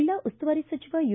ಜಿಲ್ಲಾ ಉಸ್ತುವಾರಿ ಸಚಿವ ಯು